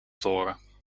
toren